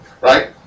Right